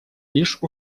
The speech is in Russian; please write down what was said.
лишь